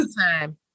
time